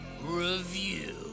Review